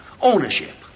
ownership